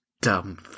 dumb